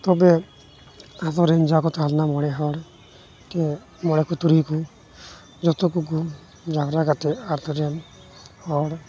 ᱛᱚᱵᱮ ᱟᱛᱳᱨᱮᱱ ᱡᱟᱠᱚ ᱛᱟᱦᱮᱸᱞᱮᱱᱟ ᱢᱚᱬᱮ ᱦᱚᱲ ᱢᱚᱬᱮᱠᱚ ᱛᱩᱨᱩᱭᱠᱚ ᱡᱚᱛᱚ ᱠᱚᱠᱚ ᱡᱟᱣᱨᱟ ᱠᱟᱛᱮᱫ ᱟᱛᱳᱨᱮᱱ ᱦᱚᱲ